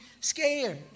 scared